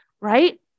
right